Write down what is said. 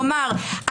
כלומר,